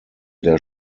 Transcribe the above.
der